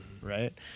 right